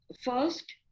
first